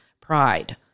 pride